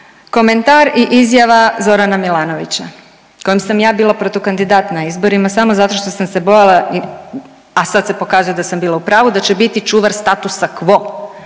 komentar i izjava Zorana Milanovića kojem sam ja bila protukandidat na izborima samo zato što sam se bojala, a sad se pokazuje da sam bila u pravu, da će biti čuvar statusa quo,